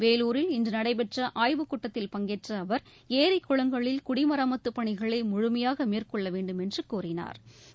வேலூரில் இன்று நடைபெற்ற ஆய்வுக்கூட்டத்தில் பங்கேற்ற அவர் ஏரி குளங்களில் குடிமராமத்துப் பணிகளை முழமையாக மேற்கொள்ள வேண்டும் என்று கூறினாா்